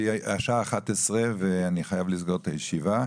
כי השעה 11.00 ואני חייב לסגור את הישיבה.